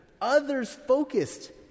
others-focused